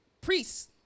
priests